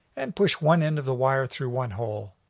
and push one end of the wire through one hole,